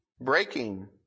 breaking